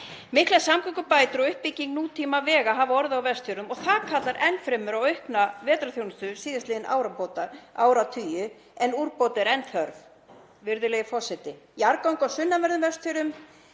Miklar samgöngubætur og uppbygging nútímavega hafa orðið á Vestfjörðum og það kallar enn fremur á aukna vetrarþjónustu síðastliðna áratugi, en úrbóta er enn þörf. Virðulegi forseti. Jarðgöng á sunnanverðum Vestfjörðum